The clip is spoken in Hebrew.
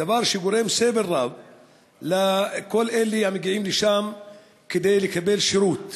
דבר שגורם סבל רב לכל אלה המגיעים לשם כדי לקבל שירות.